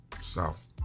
South